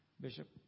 Bishop